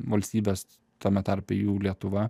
valstybės tame tarpe jų lietuva